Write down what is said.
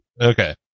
Okay